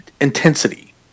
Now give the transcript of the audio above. intensity